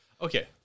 Okay